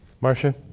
Marcia